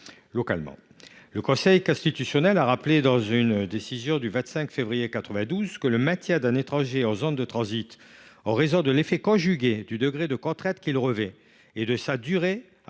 du préfet. Le Conseil constitutionnel a rappelé dans une décision du 25 février 1992 que « le maintien d’un étranger en zone de transit, en raison de l’effet conjugué du degré de contrainte qu’il revêt et de sa durée,